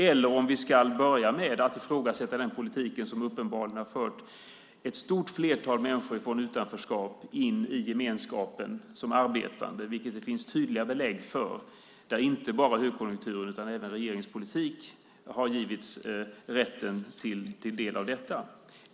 Eller ska vi börja med att ifrågasätta den politik som uppenbarligen har fört ett stort flertal människor från utanförskap in i gemenskapen som arbetande? Detta finns det tydliga belägg för. Inte bara högkonjunkturen utan även regeringens politik har givit rätten till del av detta.